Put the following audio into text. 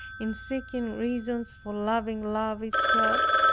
in seeking reasons for loving love itself?